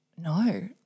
no